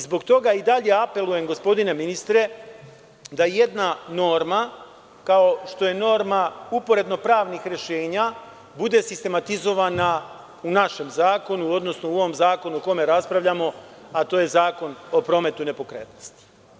Zbog toga i dalje apelujem, gospodine ministre, da jedna norma, kao što je norma uporedno pravnih rešenja, bude sistematizovana u našem zakonu, odnosno u ovom zakonu o kome raspravljamo, a to je Zakon o prometu nepokretnosti.